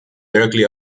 directly